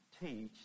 teach